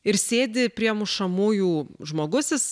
ir sėdi prie mušamųjų žmogus jis